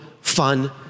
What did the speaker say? fun